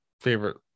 favorite